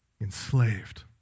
enslaved